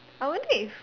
I wonder if